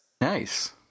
nice